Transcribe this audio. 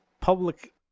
public –